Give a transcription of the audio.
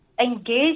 engage